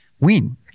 win